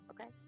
okay